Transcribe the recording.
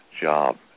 job